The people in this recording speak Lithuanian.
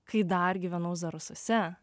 kai dar gyvenau zarasuose